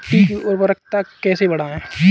मिट्टी की उर्वरता कैसे बढ़ाएँ?